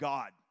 God